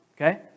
Okay